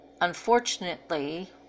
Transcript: unfortunately